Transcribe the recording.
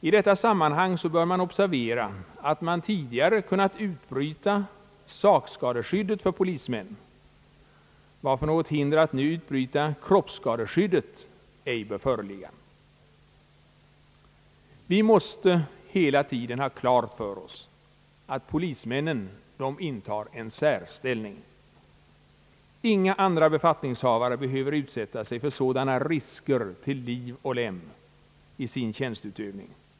I detta sammanhang bör observeras att man tidigare kunnat utbryta sakskadeskyddet för polismän, varför något hinder att nu utbryta kroppsskadeskyddet ej bör föreligga. Vi måste hela tiden ha klart för oss att polismännen intar en särställning. Inga andra befattningshavare behöver utsätta sig för sådana risker till liv och lem i sin tjänsteutövning.